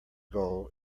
goal